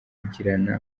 kugirana